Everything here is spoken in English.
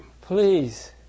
Please